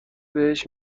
بهش